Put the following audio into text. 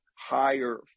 higher